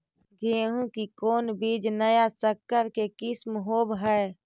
गेहू की कोन बीज नया सकर के किस्म होब हय?